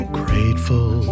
grateful